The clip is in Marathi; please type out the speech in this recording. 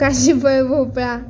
काशीफळ भोपळा